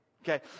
okay